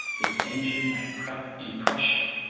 its engine by krupp in prussia,